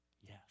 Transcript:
yes